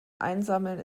einsammeln